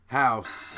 house